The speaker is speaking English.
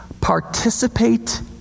participate